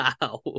wow